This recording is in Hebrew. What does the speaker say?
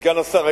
סגן השר,